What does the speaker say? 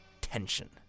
tension